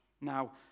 Now